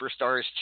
Superstars